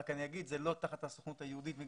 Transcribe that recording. אני אומר שזה לא תחת הסוכנות היהודית.